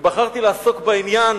ובחרתי לעסוק בעניין